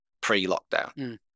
pre-lockdown